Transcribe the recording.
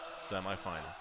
Semi-final